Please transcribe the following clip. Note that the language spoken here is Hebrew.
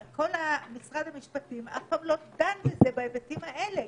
ומשרד המשפטים אף פעם לא דן בזה בהיבטים האלה.